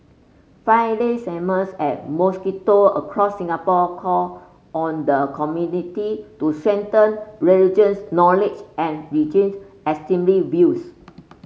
Friday sermons at mosquito across Singapore called on the community to strengthen religious knowledge and reject extremist views